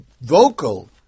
vocal